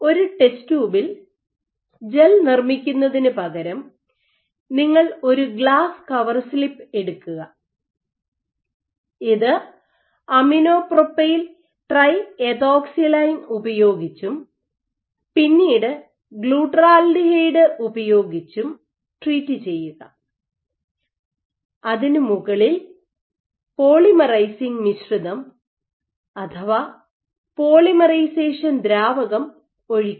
ഒരു ടെസ്റ്റ് ട്യൂബിൽ ജെൽ നിർമ്മിക്കുന്നതിനുപകരം നിങ്ങൾ ഒരു ഗ്ലാസ് കവർ സ്ലിപ്പ് എടുക്കുക ഇത് അമിനോപ്രോപൈൽ ട്രൈഎത്തോക്സിലെയ്ൻ ഉപയോഗിച്ചും പിന്നീട് ഗ്ലൂട്ടറാൽഡിഹൈഡ് ഉപയോഗിച്ചും ട്രീറ്റ് ചെയ്യുക അതിന് മുകളിൽ പോളിമറൈസിംഗ് മിശ്രിതം അഥവാ പോളിമറൈസേഷൻ ദ്രാവകം ഒഴിക്കുക